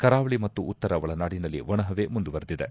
ಕರಾವಳಿ ಮತ್ತು ಉತ್ತರ ಒಳನಾಡಿನಲ್ಲಿ ಒಣಹವೆ ಮುಂದುವರೆದಿದೆ